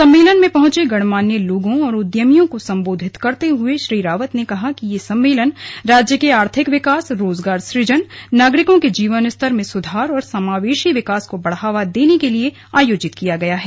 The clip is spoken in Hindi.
सम्मेलन में पहुंचे गणमान्य लोगों और उद्यामियों को संबोधित करते हुए श्री रावत ने कहा कि यह सम्मेलन राज्य के आर्थिक विकास रोजगार सुजन नागरिकों के जीवन स्तर में सुधार और समावेशी विकास को बढ़ावा देने के लिए आयोजित किया गया है